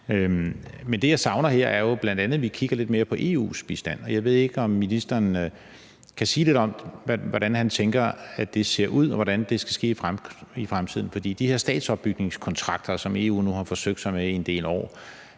Men det, jeg savner her, er jo bl.a., at vi kigger lidt mere på EU's bistand, og jeg ved ikke, om ministeren kan sige lidt om, hvordan han tænker at det ser ud, og hvordan det skal ske i fremtiden. For de statsopbygningskontrakter, som EU nu har forsøgt sig med i en del år,